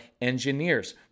engineers